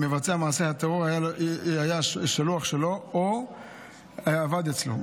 מעשה הטרור היה שלוח שלו או עבד אצלו.